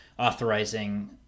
authorizing